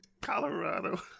colorado